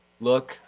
look